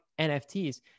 NFTs